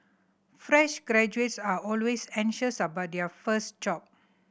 fresh graduates are always anxious about their first job